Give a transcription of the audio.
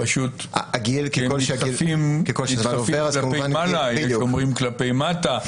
הם מתחלפים כלפי מעלה, יש אומרים כלפי מטה,